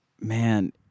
man